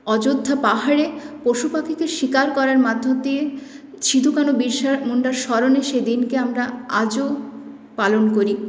অযোধ্যা পাহাড়ে পশুপাখিকে শিকার করার মধ্যে দিয়ে সিধু কানু বিরসা মুণ্ডার স্মরণে সেদিনকে আমরা আজও পালন করি